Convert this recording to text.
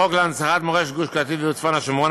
בחוק להנצחת מורשת גוש קטיף וצפון השומרון,